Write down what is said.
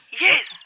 Yes